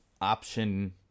option